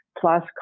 plus